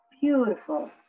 beautiful